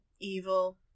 evil